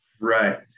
Right